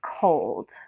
cold